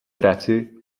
práci